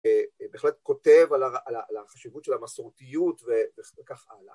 בהחלט כותב על החשיבות של המסורתיות וכך הלאה.